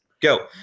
Go